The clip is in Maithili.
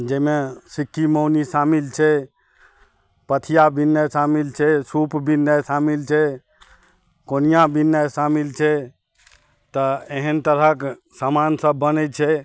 जाहिमे सिक्की मौनी शामिल छै पथिया बिननाइ शामिल छै सूप बिननाइ शामिल छै कोनिया बिननाइ शामिल छै तऽ एहेन तरहक समान सब बनै छै